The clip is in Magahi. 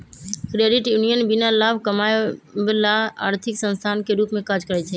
क्रेडिट यूनियन बीना लाभ कमायब ला आर्थिक संस्थान के रूप में काज़ करइ छै